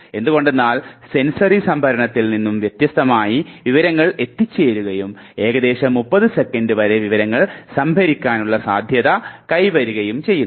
എന്തുകൊണ്ടെന്നാൽ സെൻസറി സംഭരണത്തിൽ നിന്നും വ്യത്യസ്തമായി വിവരങ്ങൾ എത്തിച്ചേരുകയും ഏകദേശം 30 സെക്കൻഡ് വരെ വിവരങ്ങൾ സംഭരിക്കാനുള്ള സാധ്യത കൈവരികയും ചെയ്യുന്നു